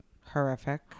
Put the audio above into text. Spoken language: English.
Horrific